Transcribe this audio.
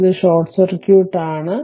ഇത് short circuit ആണ്